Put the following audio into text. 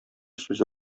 сүзе